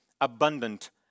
abundant